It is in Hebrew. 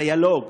דיאלוג,